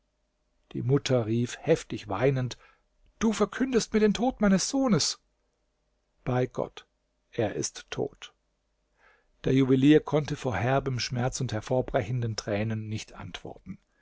die mutter rief heftig weinend du verkündest mir den tod meines sohnes bei gott er ist tot der juwelier konnte vor herbem schmerz und hervorbrechenden tränen nicht antworten